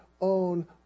own